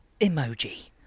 Emoji